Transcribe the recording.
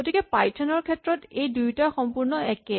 গতিকে পাইথন ৰ ক্ষেত্ৰত এই দুয়োটা সম্পূৰ্ণ একে